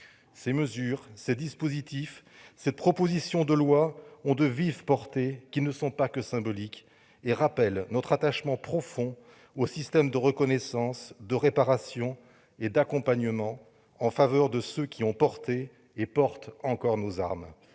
Ces mesures, ces dispositifs et cette proposition de loi ont une forte portée qui n'est pas que symbolique, et ils témoignent de notre attachement profond au système de reconnaissance, de réparation et d'accompagnement mis en oeuvre en faveur de ceux qui ont porté et portent encore nos armes.